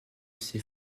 ces